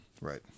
Right